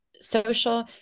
Social